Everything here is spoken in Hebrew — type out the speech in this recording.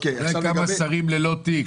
יש כמה שרים ללא תיק,